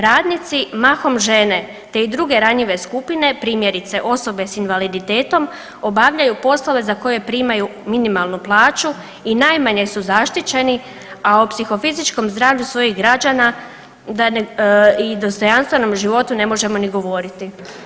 Radnici, mahom žene, te i druge ranjive skupine, primjerice osobe s invaliditetom obavljaju poslove za koje primaju minimalnu plaću i najmanje su zaštićeni, a o psihofizičkom zdravlju svojih građana i dostojanstvenom životu ne možemo ni govoriti.